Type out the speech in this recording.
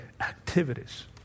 activities